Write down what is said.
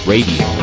Radio